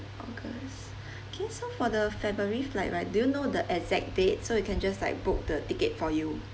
august K so for the february flight right do you know the exact date so we can just like book the ticket for you